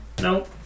Nope